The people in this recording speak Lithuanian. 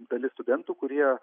dalis studentų kurie